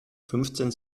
fünfzehn